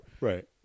Right